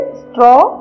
straw